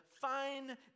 fine